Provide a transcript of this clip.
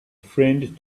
friend